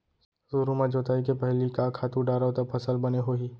सुरु म जोताई के पहिली का खातू डारव त फसल बने होही?